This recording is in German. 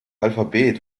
alphabet